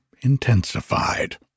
intensified